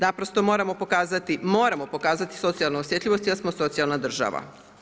Naprosto moramo pokazati socijalnu osjetljivost jer smo socijalna država.